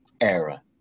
era